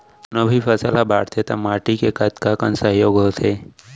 कोनो भी फसल हा बड़थे ता माटी के कतका कन सहयोग होथे?